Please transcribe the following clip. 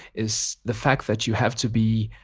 is the fact that you have to be